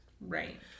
Right